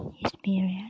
experience